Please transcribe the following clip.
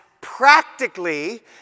practically